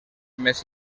més